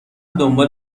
دنبال